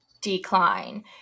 decline